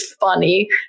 funny